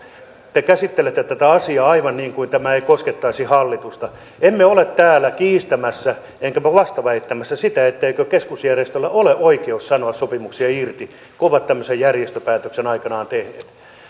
te käsittelette tätä asiaa aivan niin kuin tämä ei koskettaisi hallitusta emme ole täällä kiistämässä emmekä vastaväittämässä sitä etteikö keskusjärjestöillä ole oikeus sanoa sopimuksia irti kun ovat tämmöisen järjestöpäätöksen aikanaan tehneet